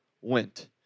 went